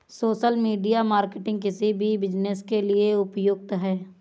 social media marketing किसी भी business के लिए उपयुक्त है